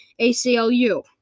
ACLU